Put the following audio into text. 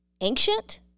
ancient